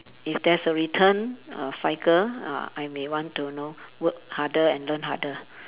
if there's a return of cycle ah I may want to know work harder and learn harder